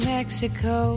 Mexico